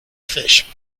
fish